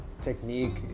technique